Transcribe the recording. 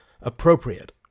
appropriate